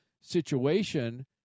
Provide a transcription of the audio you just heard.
situation